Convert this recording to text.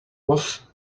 was